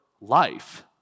life